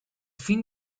film